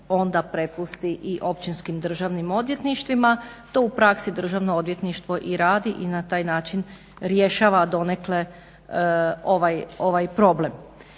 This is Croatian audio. onda prepusti i općinskim državnim odvjetništvima. To u praksi državno odvjetništvo i radi i na taj način rješava donekle ovaj problem.